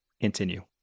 continue